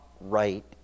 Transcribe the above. right